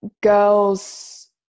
girls